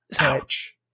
Ouch